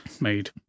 made